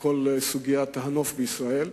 כל סוגיית הנוף בישראל.